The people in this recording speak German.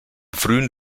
frühen